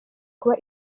kuba